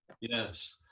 Yes